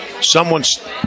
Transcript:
someone's